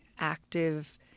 active –